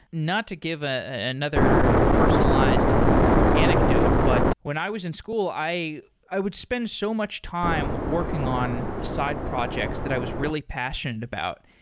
not to give ah another personalized anecdote, but when i was in school, i i would spend so much time working on side projects that i was really passionate about,